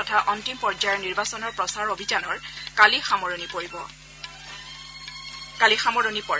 তথা অন্তিম পৰ্য্যায়ৰ নিৰ্বাচনৰ প্ৰচাৰ অভিযানৰ কালি সামৰণি পৰে